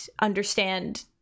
understand